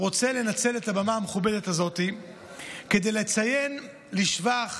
אני רוצה לנצל את הבמה המכובדת הזאת כדי לציין לשבח